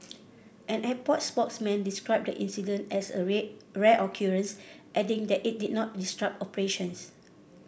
an airport spokesman described the incident as a ray a rare occurrence adding that it did not disrupt operations